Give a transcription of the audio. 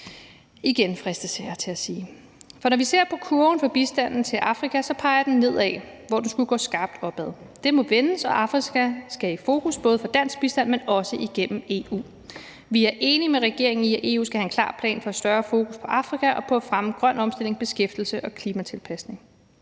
igen, fristes jeg til at sige. For når vi ser på kurven for bistanden til Afrika, peger den nedad, hvor det skulle gå skarpt opad. Det må vendes, og Afrika skal i fokus for både dansk bistand, men også igennem EU. Vi er enige med regeringen i, at EU skal have en klar plan for et større fokus på Afrika og på at fremme grøn omstilling, beskæftigelse og klimatilpasning.